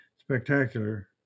spectacular